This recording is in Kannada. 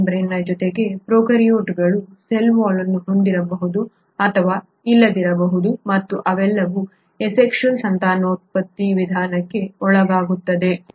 ಸೆಲ್ ಮೆಂಬ್ರೇನ್ನ ಜೊತೆಗೆ ಪ್ರೊಕಾರ್ಯೋಟ್ಗಳು ಸೆಲ್ ವಾಲ್ ಅನ್ನು ಹೊಂದಿರಬಹುದು ಅಥವಾ ಇಲ್ಲದಿರಬಹುದು ಮತ್ತು ಅವೆಲ್ಲವೂ ಅಸೆಕ್ಷುಯಲ್ ಸಂತಾನೋತ್ಪತ್ತಿ ವಿಧಾನಕ್ಕೆ ಒಳಗಾಗುತ್ತವೆ